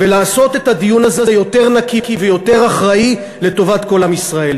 ולעשות את הדיון הזה יותר נקי ויותר אחראי לטובת כל עם ישראל.